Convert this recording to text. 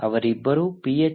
ಅವರಿಬ್ಬರೂ ಪಿಎಚ್